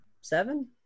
seven